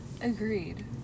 Agreed